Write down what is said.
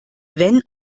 wenn